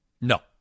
No